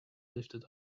lifted